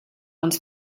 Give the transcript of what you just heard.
uns